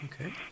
Okay